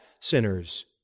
sinners